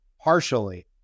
partially